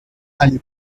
علی